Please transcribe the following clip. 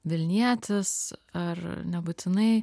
vilnietis ar nebūtinai